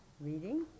reading